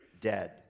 dead